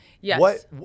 Yes